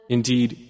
Indeed